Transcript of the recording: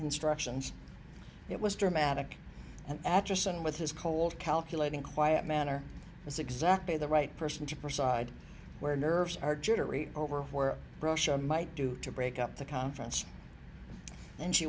instructions it was dramatic and acheson with his cold calculating quiet manner was exactly the right person to pursue where nerves are jittery over where russia might do to break up the conference and she